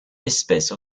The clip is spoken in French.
espèce